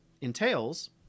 entails